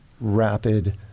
rapid